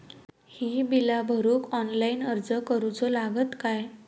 ही बीला भरूक ऑनलाइन अर्ज करूचो लागत काय?